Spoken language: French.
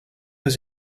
aux